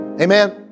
Amen